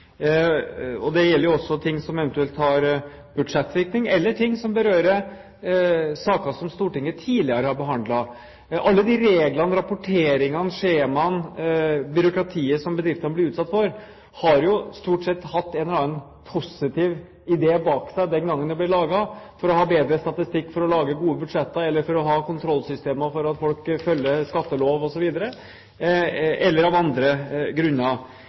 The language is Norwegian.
behandling. Det gjelder også ting som eventuelt har budsjettvirkning eller ting som berører saker som Stortinget tidligere har behandlet. Alle de reglene og rapporteringene, skjemaene og byråkratiet bedriftene blir utsatt for, har jo stort sett hatt en eller annen positiv idé bak seg den gangen det ble laget – for å ha bedre statistikk, for å lage gode budsjetter eller for å ha kontrollsystemer for at folk følger skattelov osv., eller av andre grunner.